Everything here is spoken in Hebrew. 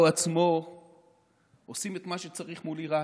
עצמו עושים את מה שצריך מול איראן.